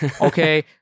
Okay